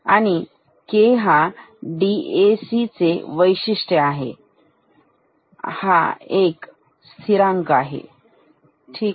आणि K हा DAC चे वैशिष्ट्य आहे हा एक स्थिरांक आहे ठीक